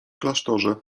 klasztorze